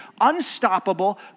unstoppable